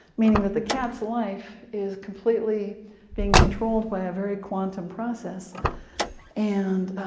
meaning that the cat's life is completely being controlled by a very quantum process and